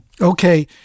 Okay